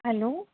hello